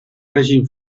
règim